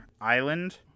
Island